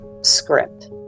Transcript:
script